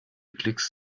klicks